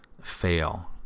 fail